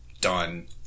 done